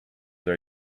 are